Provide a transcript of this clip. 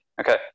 Okay